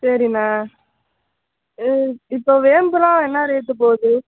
சரிண்ணா இப்போது வேம்பெலாம் என்ன ரேட்டு போகுது